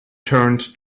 turned